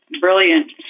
Brilliant